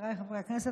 חבריי חברי הכנסת,